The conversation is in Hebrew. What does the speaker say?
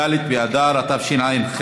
ד' באדר התשע"ח,